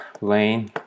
lane